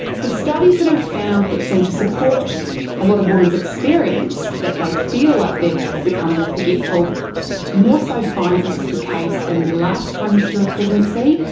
the studies that have found that seem to support a lot of women's experience that they feel like they've become more forgetful more so finds this is the case in the last trimester of pregnancy,